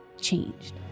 changed